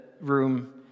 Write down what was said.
room